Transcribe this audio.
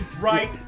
Right